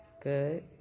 good